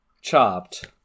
chopped